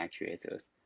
actuators